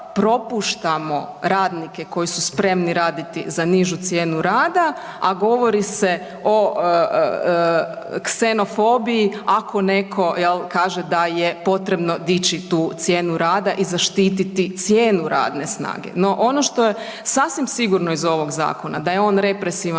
radnike koji su spremni raditi za nižu cijenu rada, a govori se o ksenofobiji, ako netko kaže da je potrebno dići tu cijenu rada i zaštititi cijenu radne snage, no ono što je sasvim sigurno iz ovog zakona, da je on represivan